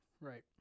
Right